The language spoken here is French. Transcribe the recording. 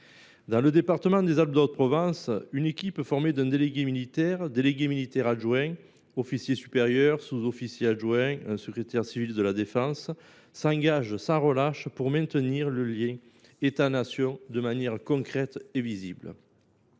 Dans le département des Alpes de Haute Provence, une équipe, formée d’un délégué militaire, d’un délégué militaire adjoint, d’un officier supérieur, d’un sous officier adjoint et d’un secrétaire civil de la défense, s’engage sans relâche pour maintenir le lien entre État et Nation de manière concrète et visible.